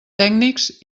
tècnics